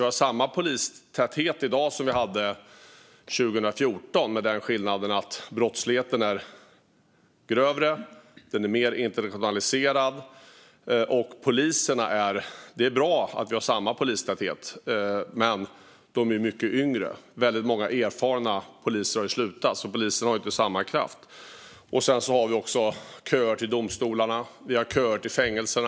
Vi har samma polistäthet i dag som vi hade 2014, men dagens brottslighet är grövre och mer internationaliserad. Det är visserligen bra att vi har samma polistäthet, men dagens poliser är mycket yngre. Många erfarna poliser har ju slutat, så polisen har inte samma kraft. Vi har även köer till domstolar och fängelser.